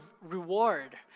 reward